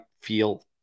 feel